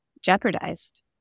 jeopardized